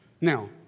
Now